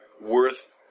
worth